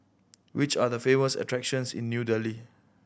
which are the famous attractions in New Delhi